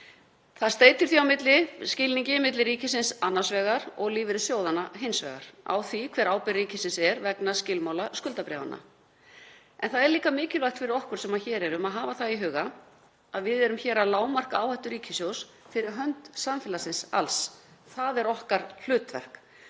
Það steytir því á skilningi milli ríkisins annars vegar og lífeyrissjóðanna hins vegar á því hver ábyrgð ríkisins er vegna skilmála skuldabréfanna. En það er líka mikilvægt fyrir okkur sem hér erum að hafa það í huga að við erum hér að lágmarka áhættu ríkissjóðs fyrir hönd samfélagsins alls. Það er okkar hlutverk.